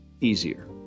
easier